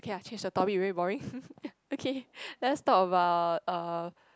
okay lah change the topic very boring okay let's talk about err